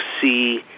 see